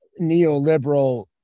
neoliberal